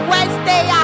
Wednesday